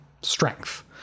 strength